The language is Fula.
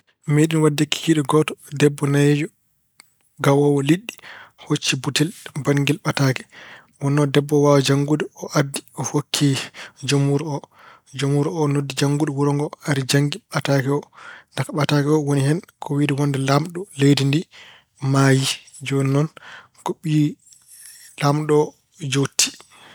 Meeɗiino waɗde kikiiɗe gooto, debbo nayeejo, gawoowo leɗɗi hocci butel baɗngel ɓataake. Wonnoo debbo oo waawaa janngude, o addi o hokki jom wuro o. Jom wuro o noddi jannguɗo wuro ari janngi ɓataake o. Ndaka ɓataake o woni hen ko wonnde laamɗo leydi ndii maayii. Jooni noon ko ɓiyi laamɗo o jooɗti.